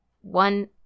one